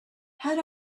had